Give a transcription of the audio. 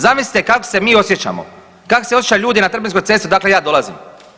Zamislite kako se mi osjećamo, kako se osjećaju ljudi na Trpinjskoj cesti odakle ja dolazim.